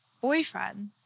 boyfriend